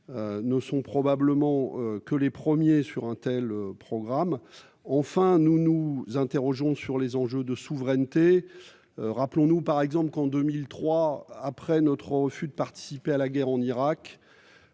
ne sont probablement que les premiers sur un tel programme. Nous nous interrogeons également sur les enjeux de souveraineté. Rappelons-nous, par exemple, après notre refus de participer à la guerre en Irak